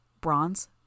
bronze